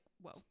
whoa